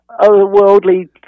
otherworldly